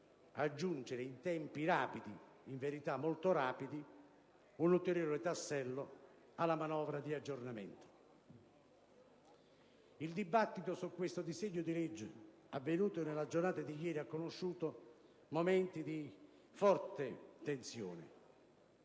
aggiungere in tempi rapidi, in verità molto rapidi, un ulteriore tassello alla manovra d'aggiornamento. Il dibattito su questo disegno di legge avvenuto nella giornata di ieri ha conosciuto momenti di forte tensione